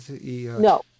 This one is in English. No